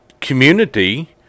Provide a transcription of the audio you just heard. community